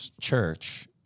Church